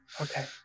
Okay